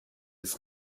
ist